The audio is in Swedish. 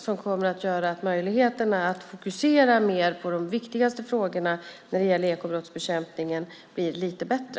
De kommer att göra att möjligheterna att fokusera mer på de viktigaste frågorna när det gäller ekobrottsbekämpningen blir lite bättre.